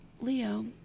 Leo